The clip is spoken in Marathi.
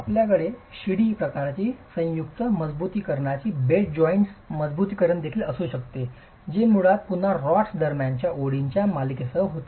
आपल्याकडे या शिडी प्रकारची संयुक्त मजबुतीकरण बेड जॉईंट मजबुतीकरण देखील असू शकते जे मुळात पुन्हा रॉड्स दरम्यानच्या ओळींच्या मालिकेसह होते